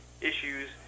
issues